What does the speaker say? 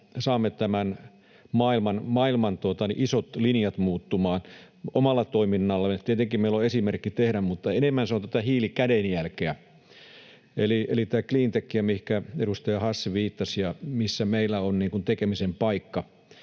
saamme tämän maailman isot linjat muuttumaan. Omalla toiminnallamme tietenkin meillä on esimerkki tehdä, mutta enemmän se on tätä hiilikädenjälkeä, eli tätä cleantechia, mihinkä edustaja Hassi viittasi ja missä meillä on tekemisen paikka.